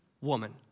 woman